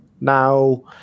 now